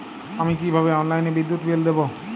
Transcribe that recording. আমি কিভাবে অনলাইনে বিদ্যুৎ বিল দেবো?